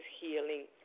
healing